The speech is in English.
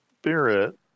Spirit